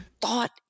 thought